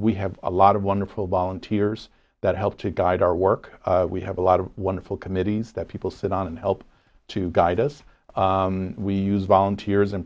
we have a lot of wonderful volunteers that help to guide our work we have a lot of wonderful committees that people sit on and help to guide us we use volunteers and